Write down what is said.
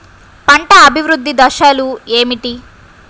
పంట అభివృద్ధి దశలు ఏమిటి?